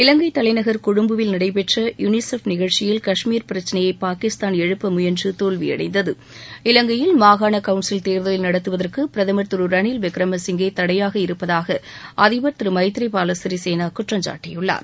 இவங்கை தலைநகர் கொழும்புவில் நடைபெற்ற யூனி செஃப் நிகழ்ச்சியில் கஷ்மீர் பிரச்சினையை பாகிஸ்தான் எழுப்ப முயன்று தோல்வியடைந்தது இலங்கையில் மாகாண கவுன்சில் தேர்தலை நடத்துவதற்கு பிரதமர் திரு ரனில்விக்ரம சிங்கே தடையாக இருப்பதாக அதிபர் மைத்றிபால சிறிசேனா குற்றம்சாட்டியுள்ளார்